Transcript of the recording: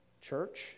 church